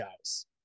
guys